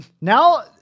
Now